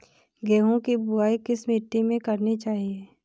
गेहूँ की बुवाई किस मिट्टी में करनी चाहिए?